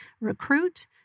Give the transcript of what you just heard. recruit